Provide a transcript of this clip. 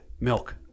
Milk